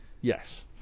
Yes